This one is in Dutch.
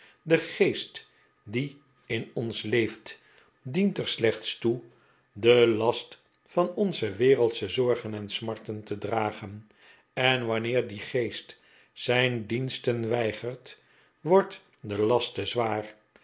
de geest die in ons leeft dient er slechts toe den last van onze wereldsche zorgen en smarten te dragenj en wanneer die geest zijn diensten weigert wordt de last te zwaar